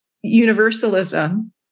universalism